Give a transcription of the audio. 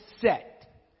set